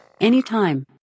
Anytime